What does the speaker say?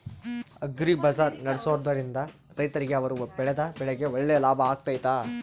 Agri ಬಜಾರ್ ನಡೆಸ್ದೊರಿಂದ ರೈತರಿಗೆ ಅವರು ಬೆಳೆದ ಬೆಳೆಗೆ ಒಳ್ಳೆ ಲಾಭ ಆಗ್ತೈತಾ?